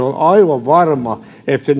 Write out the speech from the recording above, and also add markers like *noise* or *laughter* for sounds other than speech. *unintelligible* on aivan varmaa että se *unintelligible*